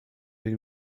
den